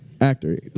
actor